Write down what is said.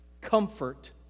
comfort